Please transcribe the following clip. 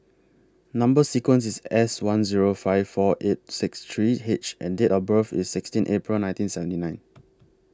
Number sequence IS S one Zero five four eight six three H and Date of birth IS sixteen April nineteen seventy nine